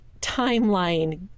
timeline